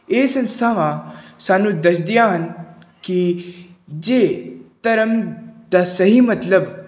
ਇਹ ਸੰਸਥਾਵਾਂ ਸਾਨੂੰ ਦੱਸਦੀਆਂ ਹਨ ਕਿ ਜੇ ਧਰਮ ਦਾ ਸਹੀ ਮਤਲਬ